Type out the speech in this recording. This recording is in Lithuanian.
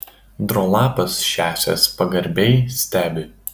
drolapas šiąsias pagarbiai stebi